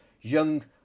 young